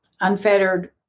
unfettered